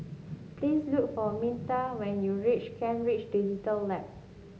please look for Minta when you reach Kent Ridge Digital Lab